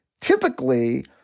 typically